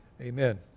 amen